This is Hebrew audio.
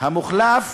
המוחלף